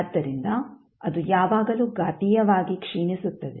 ಆದ್ದರಿಂದ ಅದು ಯಾವಾಗಲೂ ಘಾತೀಯವಾಗಿ ಕ್ಷೀಣಿಸುತ್ತದೆ